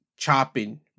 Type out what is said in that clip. Chopping